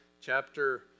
chapter